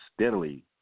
steadily